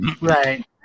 Right